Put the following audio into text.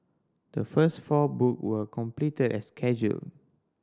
the first four book were completed as scheduled